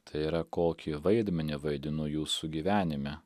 tai yra kokį vaidmenį vaidinu jūsų gyvenime